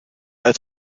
als